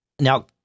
Now